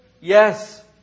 Yes